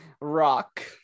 Rock